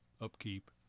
upkeep